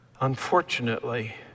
Unfortunately